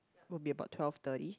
will be able twelve thirty